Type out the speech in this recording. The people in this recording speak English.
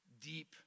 deep